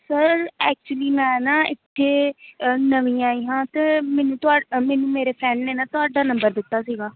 sir actually ਮੈਂ ਨਾ ਇੱਥੇ ਨਵੀਂ ਆਈ ਹਾਂ ਅਤੇ ਮੈਨੂੰ ਤੁਹਾ ਮੈਨੂੰ ਮੇਰੇ ਫਰੈਂਡ ਨੇ ਨਾ ਤੁਹਾਡਾ ਨੰਬਰ ਦਿੱਤਾ ਸੀਗਾ